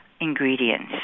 ingredients